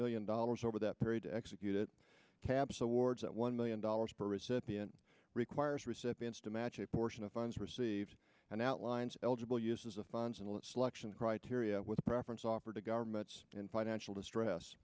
million dollars over that period to execute it caps awards at one million dollars per recipient requires recipients to match a portion of funds received and outlines eligible uses of funds and selection criteria with preference offered to governments in financial distress